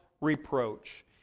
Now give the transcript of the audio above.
reproach